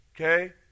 Okay